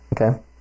okay